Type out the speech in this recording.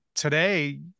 Today